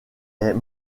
est